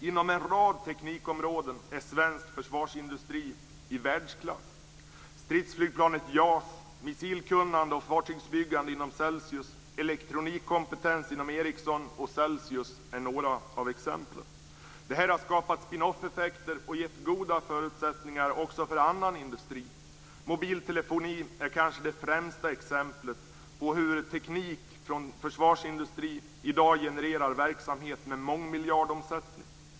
Inom en rad teknikområden är den svenska försvarsindustrin i världsklass. Stridsflygplanet JAS, missilkunnande och fartygsbyggande inom Celsius och elektronikkompetens inom Ericsson och Celsius är några av exemplen. Detta har skapat spin-off-effekter och gett goda förutsättningar också för annan industri. Mobiltelefonin är kanske det främsta exemplet på hur teknik från försvarsindustrin i dag genererar verksamheter med mångmiljardomsättningar.